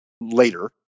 later